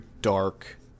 dark